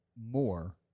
more